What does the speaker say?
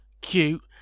cute